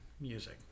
music